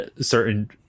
certain